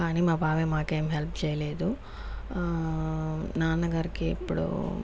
కాని మా బబాయ్ మాకేమి హెల్ప్ చేయలేదు నాన్నగారికి ఎప్పుడూ